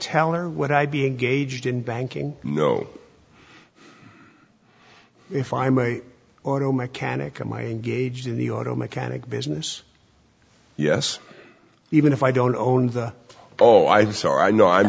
teller would i be engaged in banking if i may or a mechanic of my engaged in the auto mechanic business yes even if i don't own the oh i'm sorry i know i